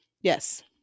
Yes